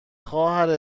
خواهر